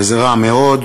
וזה רע מאוד,